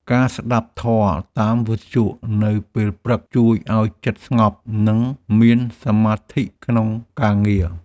ការស្តាប់ធម៌តាមវិទ្យុនៅពេលព្រឹក ជួយឱ្យចិត្តស្ងប់ និងមានសមាធិក្នុងការងារ។